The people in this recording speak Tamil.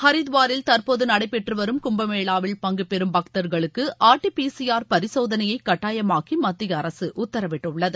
ஹரித்வாரில் தற்போது நடைபெற்றுவரும் கும்பமேளாவில் பங்குபெறும் பக்தர்களுக்கு ஆர்டிபிசிஆர் பரிசோதனையை கட்டாயமாக்கி மத்திய அரசு உத்தரவிட்டுள்ளது